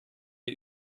wir